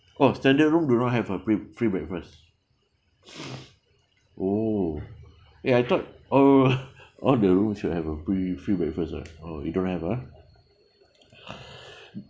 oh standard room do not have a free free breakfast oh eh I thought all all the rooms should have a free free breakfast [what] oh you don't have ah